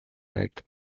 hat